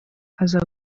aza